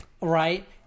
Right